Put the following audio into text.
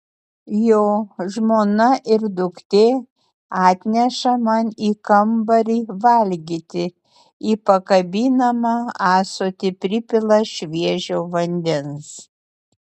jo žmona ir duktė atneša man į kambarį valgyti į pakabinamą ąsotį pripila šviežio vandens